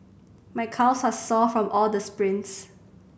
my calves are sore from all the sprints